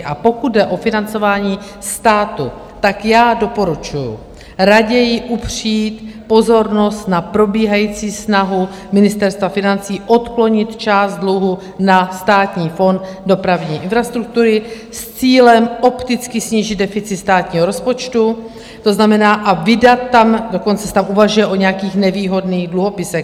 A pokud jde o financování státu, tak já doporučuju raději upřít pozornost na probíhající snahu Ministerstva financí odklonit část dluhu na Státní fond dopravní infrastruktury s cílem opticky snížit deficit státního rozpočtu, to znamená, a vydat tam, dokonce se tam uvažuje o nějakých nevýhodných dluhopisech.